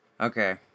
Okay